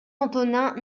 antonin